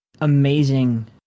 amazing